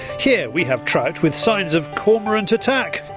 here we have trout with signs of cormorant attack.